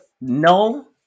no